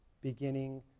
beginning